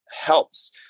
helps